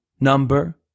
number